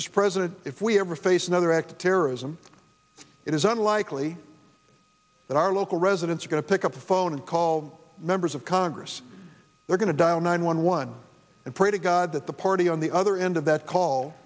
this president if we ever face another act of terrorism it is unlikely that our local residents are going to pick up the phone and call members of congress they're going to dial nine one one and pray to god that the party on the other end of that call